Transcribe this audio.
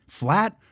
flat